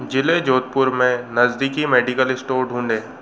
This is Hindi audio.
ज़िले जोधपुर में नज़दीकी मेडिकल स्टोर ढूँढें